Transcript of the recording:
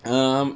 um